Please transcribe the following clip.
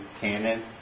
canon